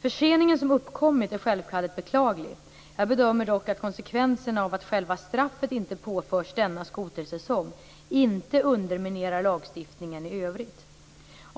Förseningen som uppkommit är självfallet beklaglig. Jag bedömer dock att konsekvenserna av att själva straffet inte påförs denna skotersäsong inte underminerar lagstiftningen i övrigt.